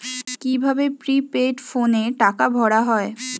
কি ভাবে প্রিপেইড ফোনে টাকা ভরা হয়?